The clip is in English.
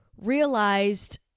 realized